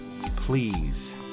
Please